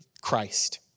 Christ